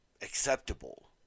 acceptable